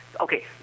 Okay